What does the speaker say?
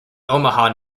omaha